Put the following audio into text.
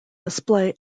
display